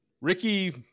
Ricky